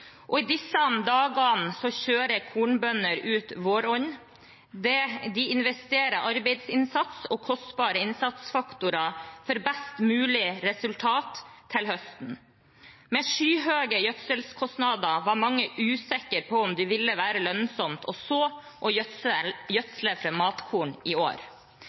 I disse dagene kjører kornbønder ut våronna. De investerer arbeidsinnsats og kostbare innsatsfaktorer for best mulig resultat til høsten. Med skyhøye gjødselkostnader var mange usikre på om det ville være lønnsomt å så og gjødsle for matkorn i år.